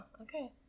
okay